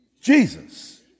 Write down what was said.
Jesus